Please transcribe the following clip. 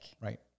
Right